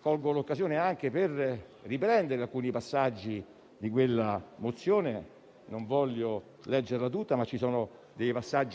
colgo l'occasione anche per riprendere alcuni passaggi di quella mozione - non voglio leggerla tutta -